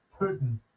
Putin